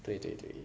对对对